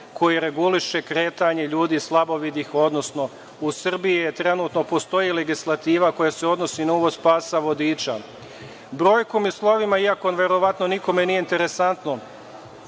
koji reguliše kretanje ljudi slabovidih, odnosno u Srbiji trenutno postoji legislativa koja se odnosi na uvoz pasa vodiča. Brojkom i slovima, iako verovatno nikome nije interesantno